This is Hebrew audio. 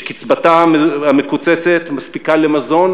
שקצבתה המקוצצת מספיקה למזון